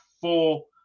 four